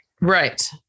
right